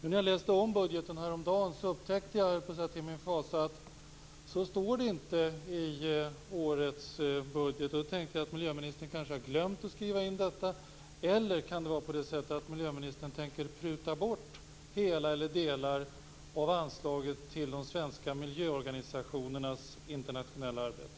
När jag läste om budgeten häromdagen upptäckte jag till min fasa att detta inte finns med i årets budget. Då tänkte jag att miljöministern kanske har glömt att skriva in detta eller att miljöministern tänker pruta ned hela eller delar av anslaget till de svenska miljöorganisationernas internationella arbete.